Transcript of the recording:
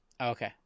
Okay